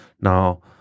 Now